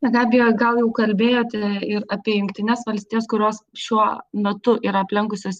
na gabija gal jau kalbėjote ir apie jungtines valstijas kurios šiuo metu yra aplenkusios